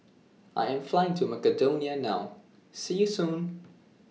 I Am Flying to Macedonia now See YOU Soon